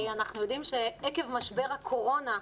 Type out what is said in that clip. אנחנו יודעים שעקב משבר הקורונה הנוכחי,